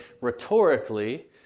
rhetorically